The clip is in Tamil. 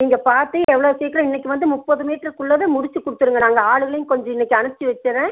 நீங்கள் பார்த்து எவ்வளோ சீக்கிரம் இன்னைக்கு வந்து முப்பது மீட்ருக்குள்ளதை முடித்து கொடுத்துருங்க நாங்க ஆளுகளையும் கொஞ்சம் இன்னைக்கு அனுப்பிச்சு வச்சுர்றேன்